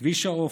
כביש העופל,